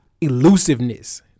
elusiveness